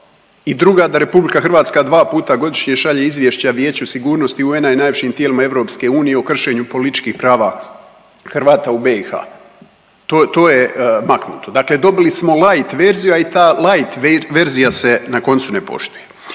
i druga da RH dva puta godišnje šalje izvješća Vijeću sigurnosti UN-a i najvišim tijelima EU o kršenju političkih prava Hrvata u BiH, to je maknuto, dakle dobili smo light verziju, ali i ta light verzija se, na koncu, ne poštuje.